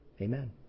Amen